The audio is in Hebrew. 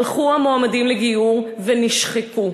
הלכו המועמדים לגיור ונשחקו.